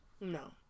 No